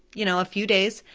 you know a few days,